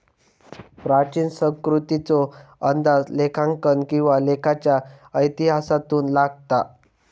प्राचीन संस्कृतीचो अंदाज लेखांकन किंवा लेखाच्या इतिहासातून लागता